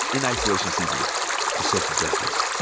in-isolation season to social justice.